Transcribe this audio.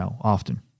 often